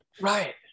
Right